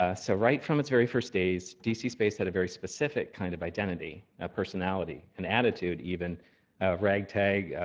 ah so right from its very first days, d c. space had a very specific kind of identity a personality, an attitude even a ragtag,